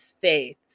faith